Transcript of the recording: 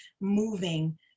moving